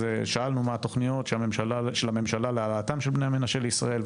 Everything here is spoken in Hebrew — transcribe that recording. אז שאלנו מה התוכניות של הממשלה להעלאתם של בני המנשה לישראל,